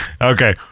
Okay